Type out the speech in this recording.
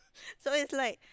so it's like